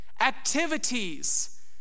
activities